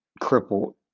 crippled